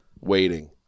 waiting